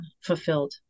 fulfilled